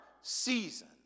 season